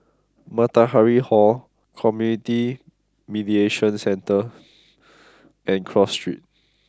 Matahari Hall Community Mediation Centre and Cross Street